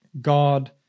God